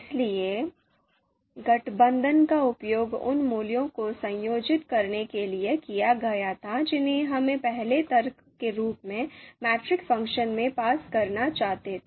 इसलिए गठबंधन का उपयोग उन मूल्यों को संयोजित करने के लिए किया गया था जिन्हें हम पहले तर्क के रूप में मैट्रिक्स फ़ंक्शन में पास करना चाहते थे